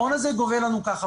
המעון הזה גובה לנו ככה,